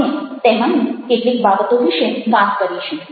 આપણે તેમાંની કેટલીક બાબતો વિશે વાત કરીશું